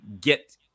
get